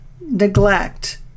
neglect